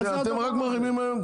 אתם רק מערימים קשיים היום.